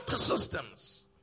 systems